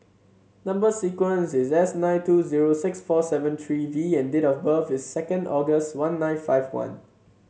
number sequence is S nine two zero six four seven three V and date of birth is second August one nine five one